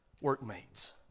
workmates